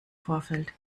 vorfeld